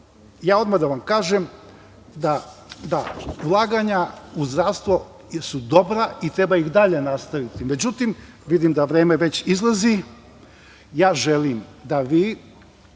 odmah da vam kažem da ulaganja u zdravstvo su dobra i treba ih dalje nastaviti. Međutim, vidim da vreme već izlazi, želim da kažem